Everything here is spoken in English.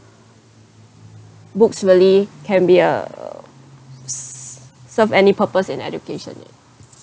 books really can be uh serve any purpose in education